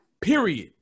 period